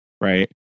right